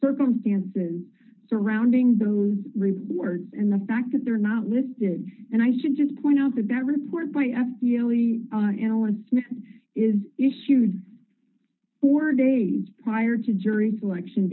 circumstances surrounding those rewards and the fact that they are not listed and i should just point out that that report by f t l e annulments is issued four days prior to jury selection